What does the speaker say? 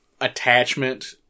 attachment